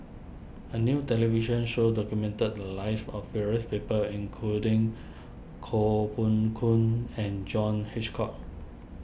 a new television show documented the lives of various people including Koh Poh Koon and John Hitchcock